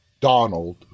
Donald